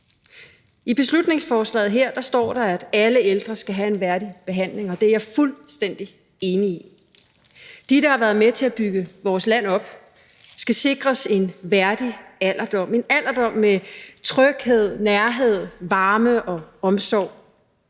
I beslutningsforslaget her står der, at alle ældre skal have en værdig behandling, og det er jeg fuldstændig enig i. Dem, der har været med til at bygge vores land op, skal sikres en værdig alderdom – en alderdom med tryghed, nærhed, varme og omsorg.